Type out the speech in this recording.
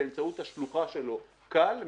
באמצעות השלוחה שלו כאל,